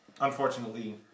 unfortunately